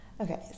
okay